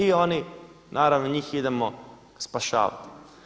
I oni, naravno njih idemo spašavati.